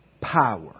power